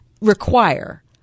require